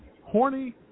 horny